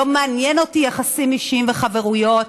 לא מעניינים אותי יחסים אישיים וחברויות,